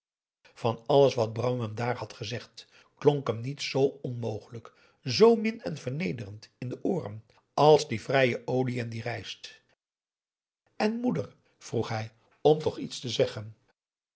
van alles wat bram hem daar had gezegd klonk hem niets zoo onmogelijk zoo min en vernederend in de ooren als die vrije olie en die rijst en moeder vroeg hij om toch iets te zeggen